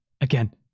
Again